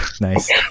Nice